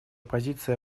позиция